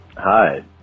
Hi